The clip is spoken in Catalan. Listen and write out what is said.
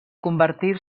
convertir